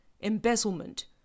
embezzlement